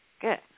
Good